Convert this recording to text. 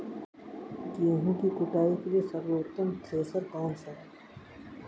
गेहूँ की कुटाई के लिए सर्वोत्तम थ्रेसर कौनसा है?